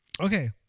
Okay